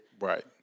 Right